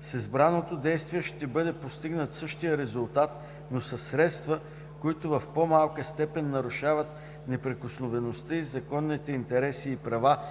с избраното действие ще бъде постигнат същият резултат, но със средства, които в по-малка степен нарушават неприкосновеността и законните интереси и права